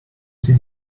did